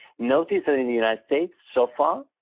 notice i mean in the united states, so far,